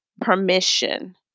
permission